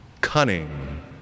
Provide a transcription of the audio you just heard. cunning